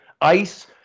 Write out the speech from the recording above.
ice